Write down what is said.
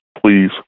please